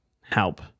help